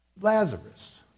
Lazarus